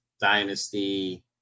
dynasty